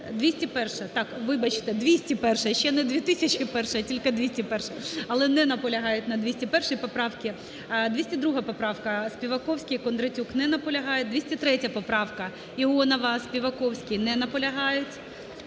201-а, так, вибачте, 201-а, ще не 2001-а, а тільки 201-а. Але не наполягають на 201 поправці. 202 поправка, Співаковський, Кондратюк. Не наполягають. 203 поправка, Іонова, Співаковський. Не наполягають.